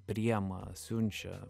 priema siunčia